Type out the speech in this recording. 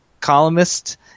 columnist